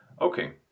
Okay